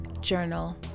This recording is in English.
journal